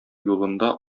юлында